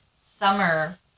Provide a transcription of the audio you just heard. summer